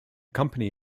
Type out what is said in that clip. company